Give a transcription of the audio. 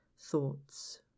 thoughts